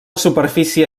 superfície